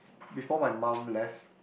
before my mum left